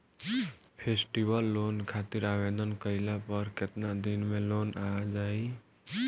Festival loan खातिर आवेदन कईला पर केतना दिन मे लोन आ जाई?